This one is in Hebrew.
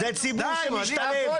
זה ציבור שמשתלב.